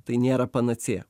tai nėra panacėja